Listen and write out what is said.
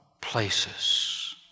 places